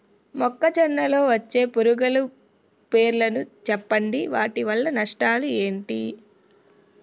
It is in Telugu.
మొక్కజొన్న లో వచ్చే పురుగుల పేర్లను చెప్పండి? వాటి వల్ల నష్టాలు ఎంటి?